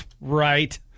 right